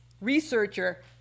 researcher